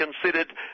considered